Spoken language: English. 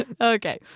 Okay